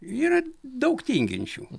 yra daug tinginčių